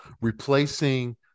replacing